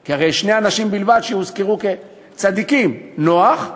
כי הרי שני אנשים בלבד הוזכרו כצדיקים: נח,